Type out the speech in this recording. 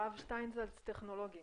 הרב שטיינזלץ היה